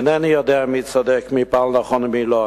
אינני יודע מי צודק, מי פעל נכון ומי לא.